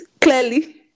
Clearly